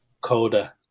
Coda